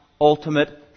ultimate